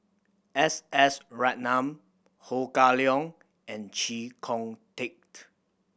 S S Ratnam Ho Kah Leong and Chee Kong Tet